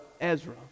Ezra